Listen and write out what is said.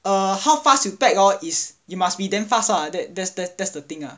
then uh how fast you pack hor is you must be damn fast ah that's that's the that's the thing ah